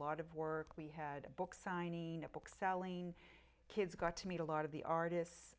lot of work we had a book signing a book selling kids got to meet a lot of the artists